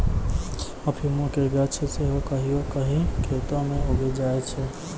अफीमो के गाछ सेहो कहियो कहियो खेतो मे उगी जाय छै